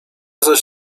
zaś